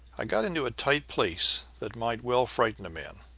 i got into a tight place that might well frighten a man.